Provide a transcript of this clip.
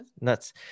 nuts